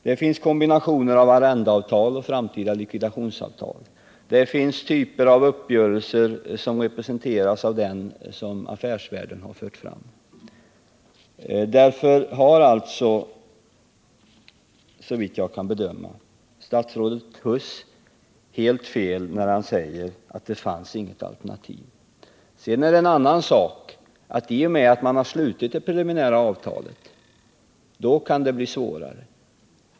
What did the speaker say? Det finns kombinationer av arrendeavtal och framtida likvidationsavtal liksom även sådana typer av uppgörelser som dem som framförts i Affärsvärlden. Därför har såvitt jag kan bedöma statsrådet Huss helt fel när han säger, att det inte fanns något alternativ. Det är en annan sak att det kan vara svårare att tillgodose sådana synpunkter sedan man har slutit ett preliminärt avtal.